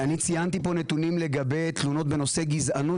אני ציינתי פה נתונים לגבי תלונות בנושא גזענות